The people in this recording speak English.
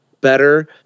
better